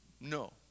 No